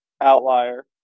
outlier